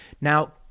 Now